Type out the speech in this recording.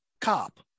cop